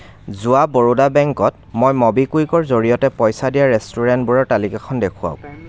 যোৱা বৰোদা বেংকত মই ম'বিকুইকৰ জৰিয়তে পইচা দিয়া ৰেষ্টুৰেণ্টবোৰৰ তালিকাখন দেখুৱাওক